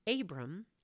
Abram